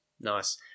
Nice